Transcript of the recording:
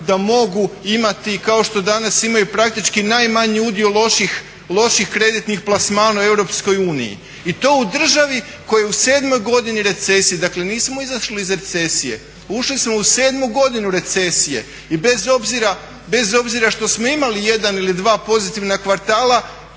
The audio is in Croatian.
da mogu imati kao što i danas imaju praktički najmanji udio loših kreditnih plasmana u EU i to u državi koja je u sedmoj godini recesije, dakle nismo izašli iz recesije, ušli smo u sedmu godinu recesije i bez obzira što smo imali jedan ili dva pozitivna kvartala